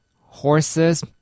horses